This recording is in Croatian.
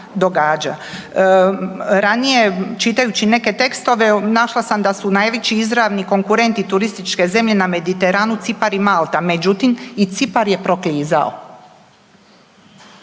događa. Ranije čitajući neke tekstove našla sam da su najveći izravni konkurenti turističke zemlje na Mediteranu Cipar i Malta, međutim i Cipar je proklizao.